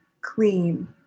clean